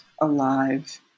alive